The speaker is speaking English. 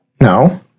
No